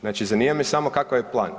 Znači, zanima me samo kakav je plan.